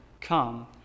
come